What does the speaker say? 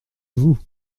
vous